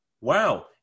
wow